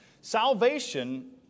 Salvation